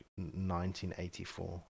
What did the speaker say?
1984